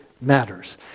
matters